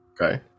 Okay